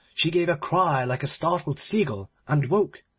she gave a cry like a startled sea-gull, and woke,